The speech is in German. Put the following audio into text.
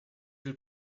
viel